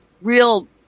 Real